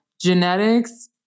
genetics